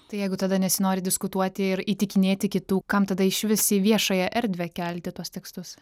tai jeigu tada nesinori diskutuoti ir įtikinėti kitų kam tada išvis į viešąją erdvę kelti tuos tekstus